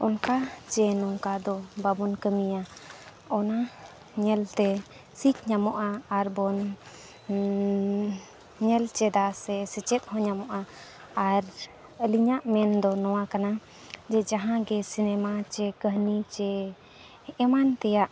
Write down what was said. ᱚᱱᱠᱟ ᱪᱮ ᱱᱚᱝᱠᱟ ᱫᱚ ᱵᱟᱵᱚᱱ ᱠᱟᱹᱢᱤᱭᱟ ᱚᱱᱟ ᱧᱮᱞᱛᱮ ᱥᱤᱠ ᱧᱟᱢᱚᱜᱼᱟ ᱟᱨ ᱵᱚᱱ ᱧᱮᱞ ᱪᱮᱫᱟ ᱥᱮ ᱥᱮᱪᱮᱫ ᱦᱚᱸ ᱧᱟᱢᱚᱜᱼᱟ ᱟᱨ ᱟᱹᱞᱤᱧᱟᱜ ᱢᱮᱱᱫᱚ ᱱᱚᱣᱟ ᱠᱟᱱᱟ ᱡᱮ ᱡᱟᱦᱟᱸ ᱜᱮ ᱪᱮ ᱠᱟᱹᱦᱱᱤ ᱪᱮ ᱮᱢᱟᱱ ᱛᱮᱭᱟᱜ